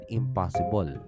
impossible